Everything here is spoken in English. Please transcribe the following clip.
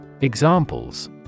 Examples